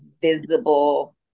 visible